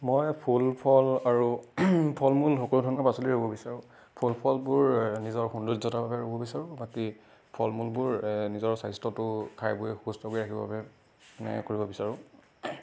মই ফুল ফল আৰু ফল মূল সকলো ধৰণৰ পাচলি ৰুব বিচাৰোঁ ফুল ফলবোৰ নিজৰ সৌন্দৰ্যতাৰ বাবে ৰুব বিচাৰোঁ বাকী ফল মূলবোৰ নিজৰ স্বাস্থ্যটো খাই বৈ সুস্থ কৰি ৰাখিব বাবে মানে কৰিব বিচাৰোঁ